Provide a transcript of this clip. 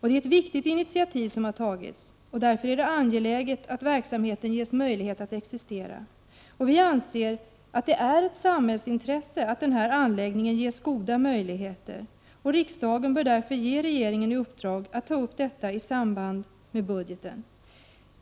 Det är ett viktigt initiativ som har tagits, och därför är det angeläget att verksamheten ges möjlighet att existera. Vi anser att detta är ett samhällsintresse, och riksdagen bör därför ge regeringen i uppdrag att ta upp detta i samband med budgetpropositionen.